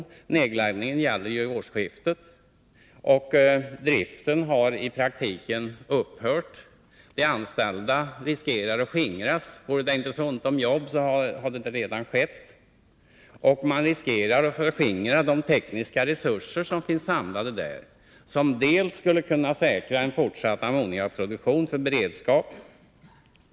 Beträffande nedläggningen gäller ju att den skall ske vid årsskiftet. Driften har i praktiken upphört. De anställda riskerar att skingras. Vore det inte så ont om jobb, hade det redan skett. Man riskerar att förskingra de tekniska resurser som finns samlade där, vilka skulle kunna säkra en fortsatt ammoniakproduktion i beredskapssyfte.